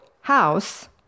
house